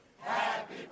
Happy